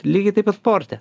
lygiai taip pat sporte